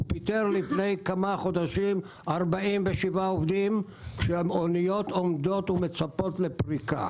הוא פיטר לפני כמה חודשים 47 עובדים כשהאניות עומדות ומצפות לפריקה.